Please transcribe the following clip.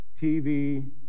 TV